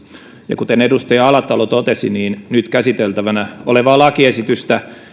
ja kuten edustaja alatalo totesi niin nyt käsiteltävänä olevaa lakiesitystä